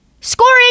Scoring